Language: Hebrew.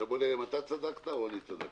עכשיו בואו נראה אם אתה צדקת או אני צדקתי,